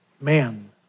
man